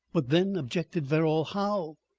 but then, objected verrall, how?